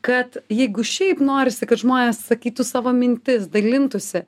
kad jeigu šiaip norisi kad žmonės sakytų savo mintis dalintųsi